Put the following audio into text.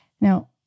Now